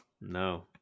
no